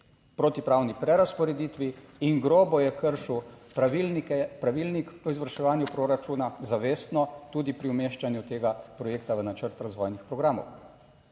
protipravni prerazporeditvi in grobo je kršil pravilnike, pravilnik o izvrševanju proračuna, zavestno, tudi pri umeščanju tega projekta v načrt razvojnih programov.